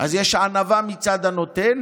אז יש ענווה מצד הנותן